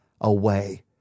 away